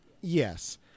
Yes